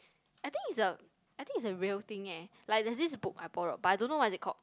I think it's a I think it's a real thing eh like there's this book I borrowed but I don't know what is it called